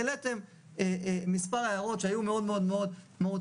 העליתם כמה הערות שהיו מאוד מהותיות.